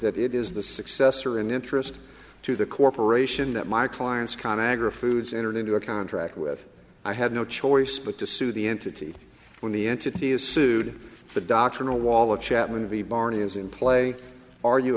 that it is the successor in interest to the corporation that my client's con agra foods entered into a contract with i had no choice but to sue the entity when the entity is sued the doctrinal wall of chat movie barney is in play ar